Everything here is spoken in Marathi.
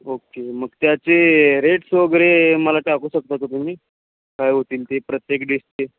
ओके मग त्याचे रेट्स वगैरे मला टाकू शकता का तुम्ही काय होतील ते प्रत्येक डिशचे